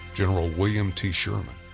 general william t. sherman,